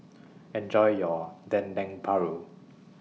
Enjoy your Dendeng Paru